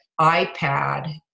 iPad